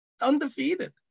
undefeated